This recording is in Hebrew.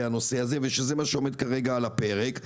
הנושא הזה ושזה מה שעומד כרגע על הפרק,